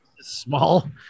small